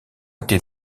était